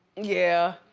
yeah.